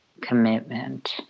commitment